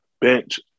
bench